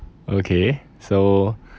okay so